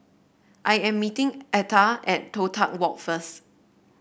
I am meeting Atha at Toh Tuck Walk first